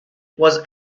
was